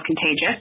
contagious